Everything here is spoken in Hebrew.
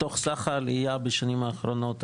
מתוך סך העלייה בשנים האחרונות,